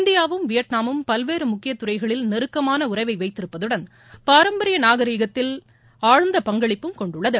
இந்தியாவும் வியட்நாமும் பல்வேறு முக்கிய துறைகளில் நெருக்கமான உறவை வைத்திருப்பதுடன் பாரம்பரிய நாகரிகத்தில் ஆழ்ந்த பங்களிப்பும் கொண்டுள்ளது